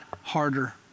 harder